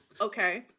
Okay